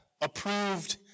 approved